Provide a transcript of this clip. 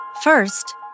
First